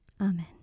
Amen